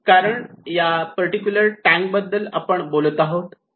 कारण आपण या पर्टिक्युलर टँक बद्दल बोलत आहोत